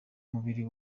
mubiri